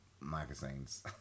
magazines